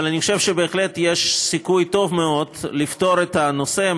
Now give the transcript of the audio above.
אבל אני חושב שבהחלט יש סיכוי טוב מאוד לפתור את הנושא,